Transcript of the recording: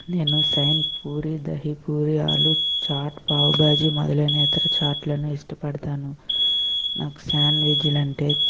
నేను సైన్ పూరి దహీ పూరి ఆలు చాట్ పావుబాజీ మొదలైన ఇతర చాట్లను ఇష్టపడతాను నాకు స్యాండ్విజ్లు అంటే